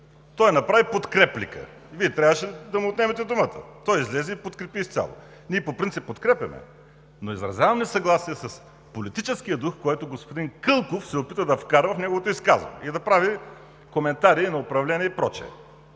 Той направи подреплика. Вие трябваше да му отнемете думата. Той излезе и подкрепи изцяло. Ние по принцип подкрепяме, но изразявам несъгласие с политическия дух, който господин Кълков се опита да вкара в неговото изказване, да прави коментари на управление и така